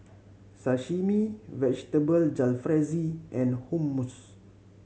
Sashimi Vegetable Jalfrezi and Hummus